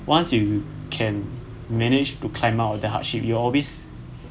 once you can manage to climb up of the hardship you always